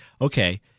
okay